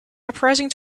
uprising